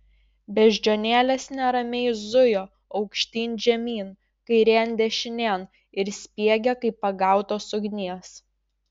beždžionėlės neramiai zujo aukštyn žemyn kairėn dešinėn ir spiegė kaip pagautos ugnies